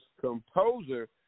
composer